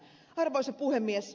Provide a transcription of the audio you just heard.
arvoisa puhemies